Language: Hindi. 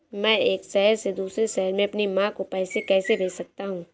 मैं एक शहर से दूसरे शहर में अपनी माँ को पैसे कैसे भेज सकता हूँ?